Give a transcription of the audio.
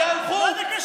מה זה קשור?